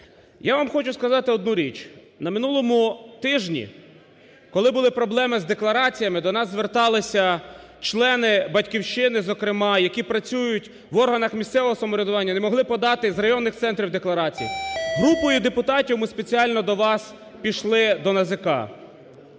Я вам хочу сказати одну річ. На минулому тижні, коли були проблеми з деклараціями, до нас зверталися члени "Батьківщини" зокрема, які працюють в органах місцевого самоврядування, не могли подати з районних центрів декларації. Групою депутатів ми спеціально до вас пішли, до НАЗК.